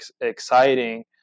exciting